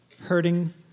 hurting